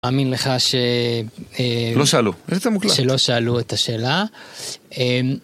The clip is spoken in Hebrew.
מאמין לך ש... אה... לא שאלו. זה מוקלט. שלא שאלו את השאלה. אמ...